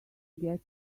get